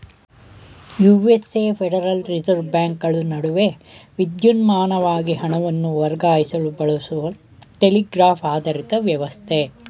USA federal reserve ಬ್ಯಾಂಕ್ಗಳು ನಡುವೆ ವಿದ್ಯುನ್ಮಾನವಾಗಿ ಹಣವನ್ನು ವರ್ಗಾಯಿಸಲು ಬಳಸುವ ಟೆಲಿಗ್ರಾಫ್ ಆಧಾರಿತ ವ್ಯವಸ್ಥೆ